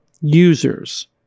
users